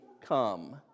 come